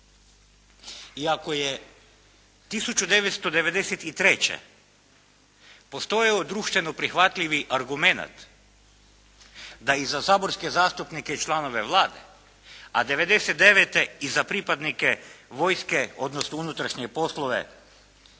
I ako je 1993. postojao društveno prihvatljivi argumenat da i za saborske zastupnike i članove Vlade, a 99. i za pripadnike vojske, odnosno unutrašnje poslove